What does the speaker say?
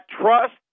trust